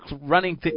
running